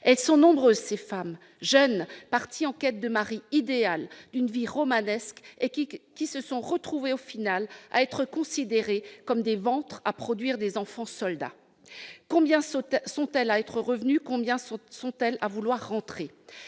Elles sont nombreuses ces femmes jeunes, parties en quête du mari idéal et d'une vie romanesque, qui ont finalement été traitées comme des ventres à produire des enfants-soldats. Combien sont-elles à être revenues ? Combien sont-elles à vouloir rentrer ?